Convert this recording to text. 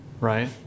right